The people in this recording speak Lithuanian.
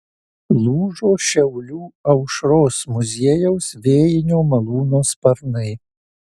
lūžo šiaulių aušros muziejaus vėjinio malūno sparnai